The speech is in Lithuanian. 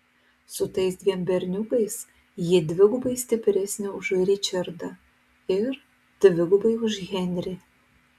su tais dviem berniukais ji dvigubai stipresnė už ričardą ir dvigubai už henrį